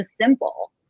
simple